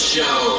Show